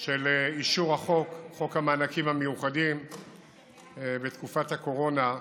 של אישור חוק המענקים המיוחדים בתקופת הקורונה.